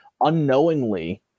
unknowingly